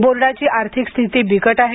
बोर्डाची आर्थिक स्थिती बिकट आहे